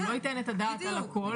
הוא לא ייתן את הדעת על הכול.